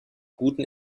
guten